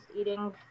eating